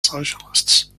socialists